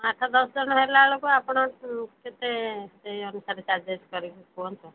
ଆଠ ଦଶ ହେଲାବେଳକୁ ଆପଣ କେତେ ସେଇ ଅନୁସାରେ ଚାର୍ଜେସ୍ କରିବି କୁହନ୍ତୁ